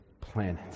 planet